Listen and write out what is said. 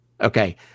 Okay